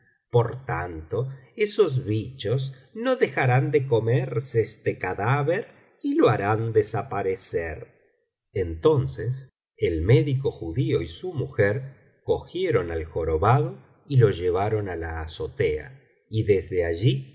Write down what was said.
por tanto esos bichos no dejarán de comerse este cadáver y lo harán desaparecerá entonces el médico judío y su mujer cogieron al aarón josué biblioteca valenciana generalitat valenciana historia del jorobado jorobado y lo llevaron á la azotea y desde allí